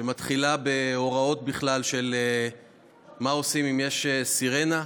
שמתחילה בכלל בהוראות של מה עושים אם יש סירנה.